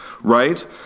right